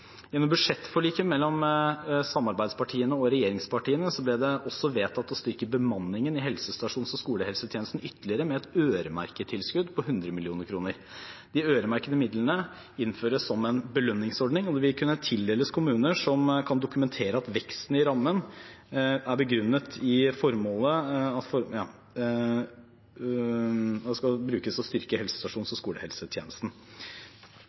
Gjennom budsjettforliket mellom samarbeidspartiene og regjeringspartiene ble det også vedtatt å styrke bemanningen i helsestasjons- og skolehelsetjenesten ytterligere med et øremerket tilskudd på 100 mill. kr. De øremerkede midlene innføres som en belønningsordning, og de vil kunne tildeles kommuner som kan dokumentere at veksten i rammen begrunnet i formålet skal brukes til å styrke helsestasjons- og skolehelsetjenesten. Helsestasjonsforskriften er klar på at helsestasjons- og skolehelsetjenesten skal